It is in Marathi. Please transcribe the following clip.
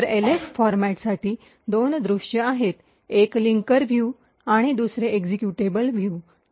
तर एल्फ फॉरमॅटसाठी दोन दृश्ये आहेत एक लिंकर व्यू आणि दुसरे एक्झिक्युटेबल व्यू